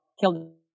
killed